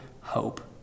hope